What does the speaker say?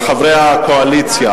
על חברי הקואליציה,